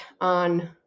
on